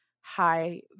high